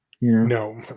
No